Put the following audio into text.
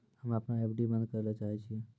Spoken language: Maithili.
हम्मे अपनो एफ.डी बन्द करै ले चाहै छियै